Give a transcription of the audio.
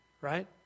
right